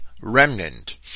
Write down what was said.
remnant